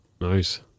Nice